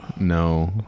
No